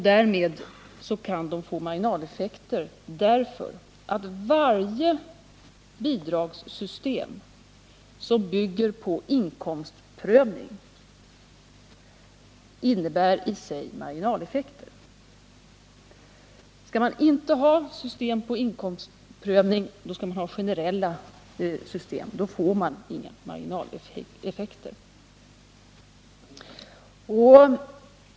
Därmed kan det uppstå marginaleffekter därför att varje bidragssystem som bygger på inkomstprövning i sig innebär marginaleffekter. Skall man inte ha ett system med inkomstprövning måste man ha ett generellt system, och då får man inga marginaleffekter.